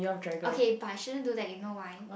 okay but I shouldn't do that you know why